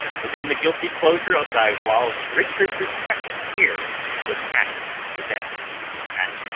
within the guilty closure of thy walls richard the second here was hack'd to death and,